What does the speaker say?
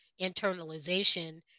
internalization